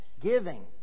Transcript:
giving